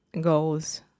goals